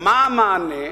מה המענה?